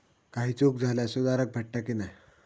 काही चूक झाल्यास सुधारक भेटता की नाय?